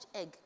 egg